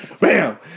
bam